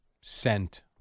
scent